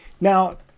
Now